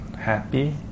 happy